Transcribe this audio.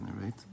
right